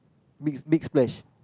big big splash